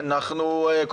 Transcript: בבקשה.